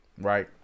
right